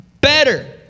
Better